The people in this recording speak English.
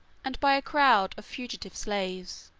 and by a crowd of fugitive slaves,